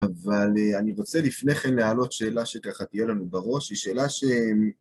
אבל אני רוצה לפני כן להעלות שאלה שככה תהיה לנו בראש, היא שאלה ש...